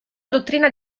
dottrina